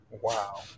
Wow